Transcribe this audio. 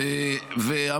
-- חמור מאוד, חמור מאוד.